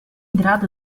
grado